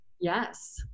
Yes